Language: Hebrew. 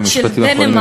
משפטים אחרונים,